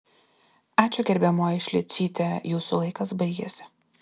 ačiū gerbiamoji šličyte jūsų laikas baigėsi